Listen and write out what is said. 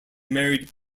married